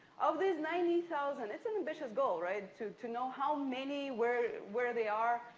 of these ninety thousand, it's an ambitious goal, right? to to know how many, where where they are,